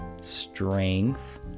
strength